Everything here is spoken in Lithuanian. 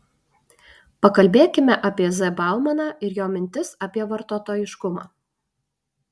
pakalbėkime apie z baumaną ir jo mintis apie vartotojiškumą